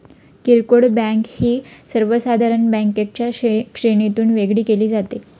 किरकोळ बँक ही सर्वसाधारण बँकांच्या श्रेणीतून वेगळी केली जाते